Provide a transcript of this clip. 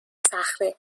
صخره